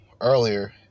earlier